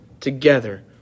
together